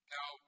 Now